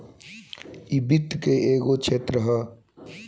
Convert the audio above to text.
इ वित्त के एगो क्षेत्र ह